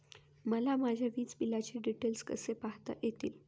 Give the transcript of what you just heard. मला माझ्या वीजबिलाचे डिटेल्स कसे पाहता येतील?